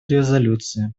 резолюции